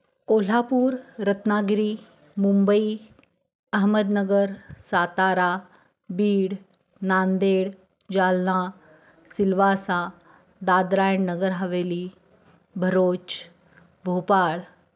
Kolhapur Ratnagiri Mumbai Ahmednagar Satara Beed Nanded Jalna Silvassa Dadar and Nagar Haveli Bharuch Bhopal